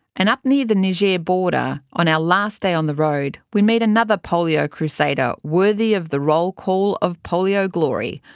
and up near the niger border on our last day on the road we meet another polio crusader worthy of the roll-call of polio glory,